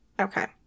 okay